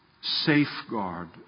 safeguard